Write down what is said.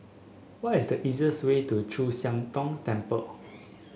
what is the easiest way to Chu Siang Tong Temple